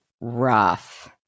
rough